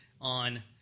on